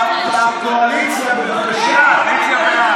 בקואליציה, בבקשה.